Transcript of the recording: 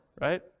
right